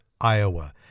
Iowa